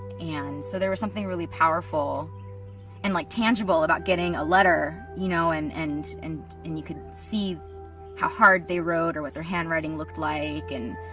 and so there was something really powerful and like tangible about getting a letter, you know, and, and, and and you could see how hard they wrote or what their handwriting looked like and,